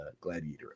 gladiator